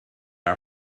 are